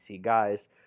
guys